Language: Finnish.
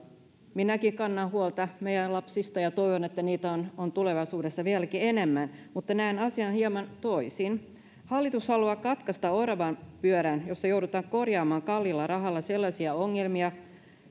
minäkin kannan huolta meidän lapsista ja toivon että niitä on on tulevaisuudessa vieläkin enemmän mutta näen asian hieman toisin hallitus haluaa katkaista oravanpyörän jossa joudutaan korjaamaan kalliilla rahalla sellaisia ongelmia